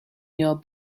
your